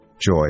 joy